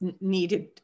needed